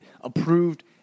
approved